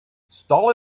stall